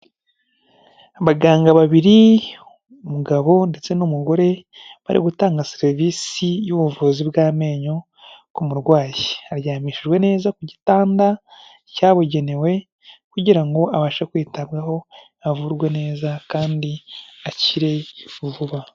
Abaganga babiri, umugabo ndetse n'umugore, bari gutanga serivisi y'ubuvuzi bw'amenyo ku murwayi. Aryamishijwe neza ku gitanda cyabugenewe, kugira ngo abashe kwitabwaho avurwe neza kandi akire vuba.